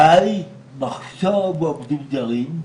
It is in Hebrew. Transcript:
הבעיה היא מחסור בעובדים זרים,